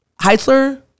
Heitzler